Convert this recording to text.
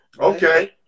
Okay